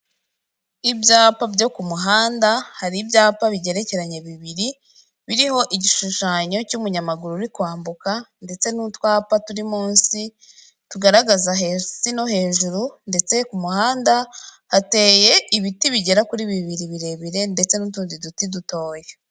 Ibyapa byo ku muhanda, hari ibyapa bigerekeranye bibiri biriho igishushanyo cy'umunyamaguru uri kwambuka ndetse n'utwapa turi munsi tugaragaza hasi no hejuru ndetse ku muhanda hateye ibiti bigera kuri bibiri birebire ndetse n'utundi duti dutoya.